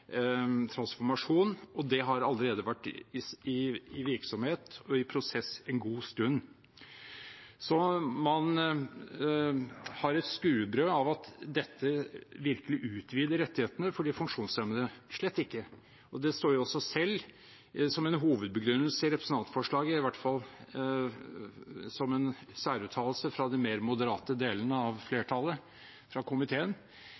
Det har allerede vært i virksomhet og i prosess en god stund. Så er det et skuebrød at dette virkelig utvider rettighetene for de funksjonshemmede – slett ikke! Det står som en hovedbegrunnelse i representantforslaget, i hvert fall som en særuttalelse fra de mer moderate delene av flertallet i komiteen,